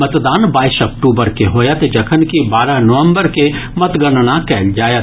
मतदान बाईस अक्टूबर के होयत जखनकि बारह नवम्बर के मतगणना कयल जायत